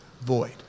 void